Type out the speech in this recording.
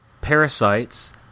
parasites